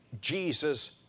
Jesus